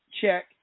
check